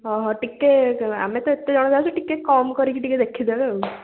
ହଁ ହଁ ଟିକିଏ ଆମେ ତ ଏତେଜଣ ଯାଉଛୁ ଟିକିଏ କମ୍ କରିକି ଟିକିଏ ଦେଖିଦେବେ ଆଉ